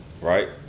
right